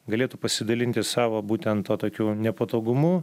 galėtų pasidalinti savo būtent tuo tokiu nepatogumu